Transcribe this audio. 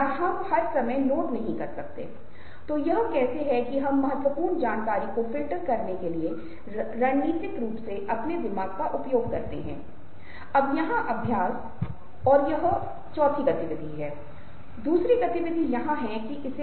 हम उन सूक्ष्म अभिव्यक्तियों की अवधारणा पर भी चर्चा करेंगे जो ऐसे भाव हैं जो बहुत कम समय के लिए उभरते हैं और बहुत बार वास्तविक भावनाओं को ले जाते हैं